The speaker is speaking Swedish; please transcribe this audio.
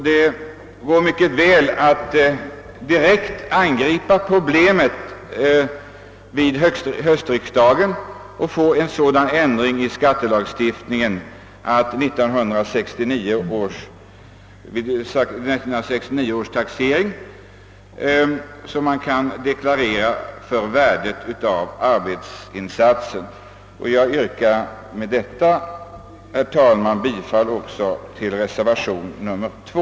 Det går mycket bra att angripa problemet direkt vid höstriksdagen och få en sådan ändring i skattelagstiftningen att man kan deklarera för värdet av arbetsinsatser vid 1969 års taxering. Herr talman! Med det anförda yrkar jag bifall även till reservationen 2.